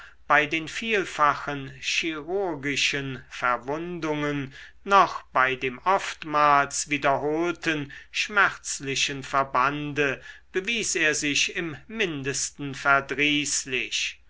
bei den vielfachen chirurgischen verwundungen noch bei dem oftmals wiederholten schmerzlichen verbande bewies er sich im mindesten